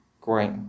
great